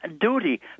duty